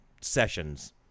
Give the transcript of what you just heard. sessions